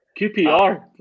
QPR